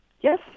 Yes